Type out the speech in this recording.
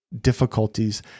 difficulties